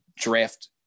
draft